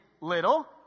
little